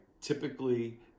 typically